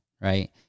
right